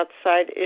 outside